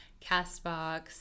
CastBox